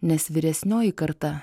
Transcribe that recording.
nes vyresnioji karta